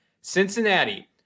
Cincinnati